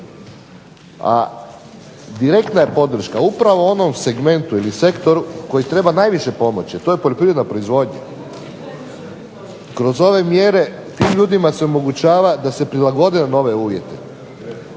a direktna je podrška upravo onom segmentu ili sektoru koji treba najviše pomoći, a to je poljoprivredna proizvodnja. Kroz ove mjere tim ljudima se omogućava da se prilagode na nove uvjete.